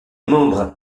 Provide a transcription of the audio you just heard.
membres